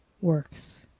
works